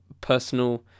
personal